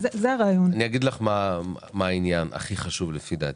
אני אגיד לך מה הדבר החשוב ביותר לפי דעתי.